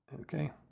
Okay